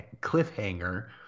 cliffhanger